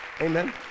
Amen